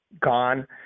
gone